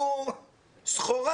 הוא סחורה